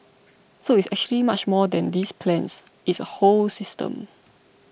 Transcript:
so it's actually much more than these plans it's a whole system